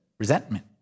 Resentment